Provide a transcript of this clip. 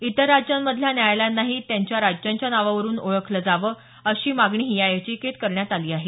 इतर राज्यांमधल्या न्यायालयांनाही त्यांच्या राज्यांच्या नावावरुन ओळखलं जावं अशीही मागणी या याचिकेत करण्यात आली आहे